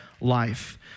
life